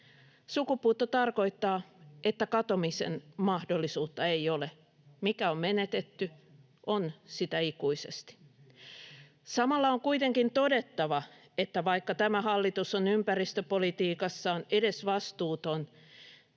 Sukupuutto tarkoittaa, että katumisen mahdollisuutta ei ole. Mikä on menetetty, on sitä ikuisesti. Samalla on kuitenkin todettava, että vaikka tämä hallitus on ympäristöpolitiikassaan edesvastuuton,